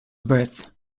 breadth